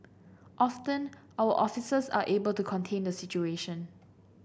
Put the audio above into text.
often our officers are able to contain the situation